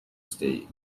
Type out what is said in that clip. state